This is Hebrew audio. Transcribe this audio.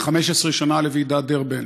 15 שנה לוועידת דרבן.